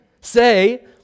Say